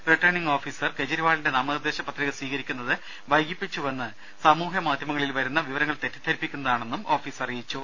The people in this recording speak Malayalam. റിട്ടേണിംഗ് ഓഫീസർ കെജ്രിവാളിന്റെ നാമനിർദ്ദേശ പത്രിക സ്വീകരിക്കുന്നത് വൈകിപ്പിച്ചുവെന്ന് സാമൂഹ്യമാധ്യമ ങ്ങളിൽ വരുന്ന വിവരങ്ങൾ തെറ്റിദ്ധരിപ്പിക്കുന്നതാണെന്ന് ഓഫീസ് അറിയിച്ചു